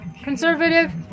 Conservative